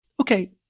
Okay